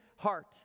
heart